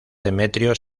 demetrio